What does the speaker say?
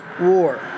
war